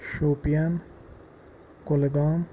Shopian Kulgam